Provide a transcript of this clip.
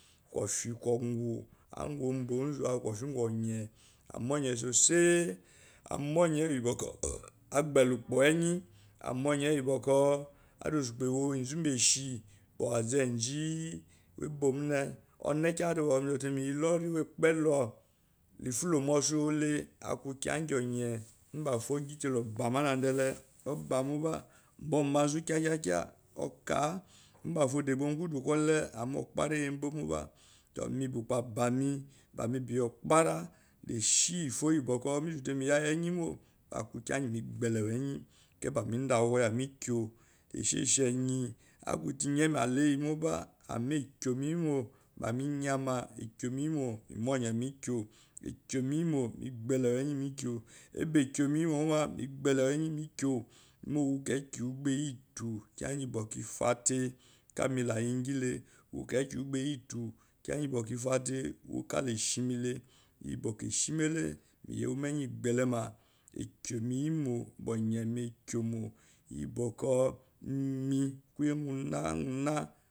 Kofie kongu aku ngu onzu amuyen sosai amunye iyi bokou a gbele ukpo wu enye ukpo ewowu n zub eshi bokou azenji ba ebo mune onen kyama te boko me zote meyi turi owokpelo lufuto musu ei aku kiya nga oyen mbafo ogite lub a mukyi kole obamoba mba ba onbazu kyakkya ama okpara iyembomoba me ba ukpo abamemu koyi kole la okpara la iye shi iyeo bokou me dote meyayi nyimoba ekyome yimo me gbelewu nye me kyo aba kyome yimo me monye mekyo ebe kyo me yimo moma me gbele wu nyen mekyo mo gbele wu nyen mekyo mo iyentro kiyangi ba efate kiya ngi malayingile uwukeiki wu gba iyeto kiya ngi ba efá te lashimele boko eshimele meyi menye gblema ekyomeyimo ba nyenne ekyomo mo ime koye ngonana